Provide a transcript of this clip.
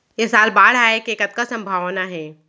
ऐ साल बाढ़ आय के कतका संभावना हे?